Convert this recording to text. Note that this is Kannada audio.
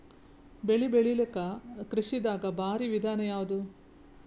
ಬೆಳೆ ಬೆಳಿಲಾಕ ಕೃಷಿ ದಾಗ ಭಾರಿ ವಿಧಾನ ಯಾವುದು?